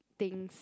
things